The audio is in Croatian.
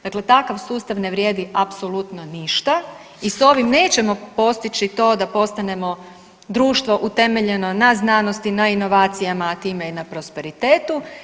Dakle, takav sustav ne vrijedi apsolutno ništa i s ovim nećemo postići to da postanemo društvo utemeljeno na znanosti, na inovacijama, a time i na prosperitetu.